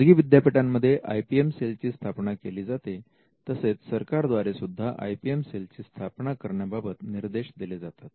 खाजगी विद्यापीठांमध्ये आयपीएल सेलची स्थापना केली जाते तसेच सरकार द्वारे सुद्धा आयपीएल सेलची स्थापना करण्याबाबत निर्देश दिले जातात